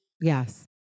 Yes